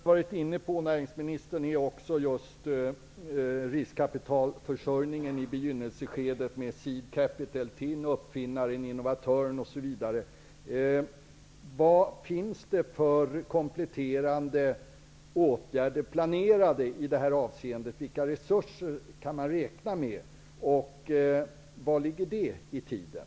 Herr talman! En fråga vi varit inne på är också just riskkapitalförsörjningen i begynnelseskedet med ''seed capital'' till uppfinnare, innovatörer, osv. Vad finns för kompletterande åtgärder planerade i detta avseende? Vilka resurser kan man räkna med? Hur ligger det i tiden?